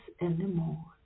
anymore